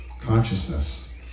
consciousness